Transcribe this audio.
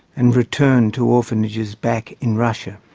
and returned to orphanages back in russia.